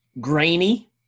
grainy